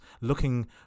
looking